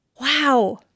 wow